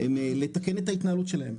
לתקן את ההתנהלות שלהם.